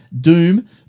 Doom